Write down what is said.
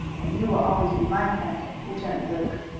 and you will always be my friend, returned luke.